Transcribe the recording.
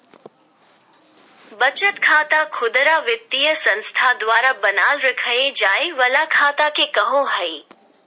बचत खाता खुदरा वित्तीय संस्था द्वारा बनाल रखय जाय वला खाता के कहो हइ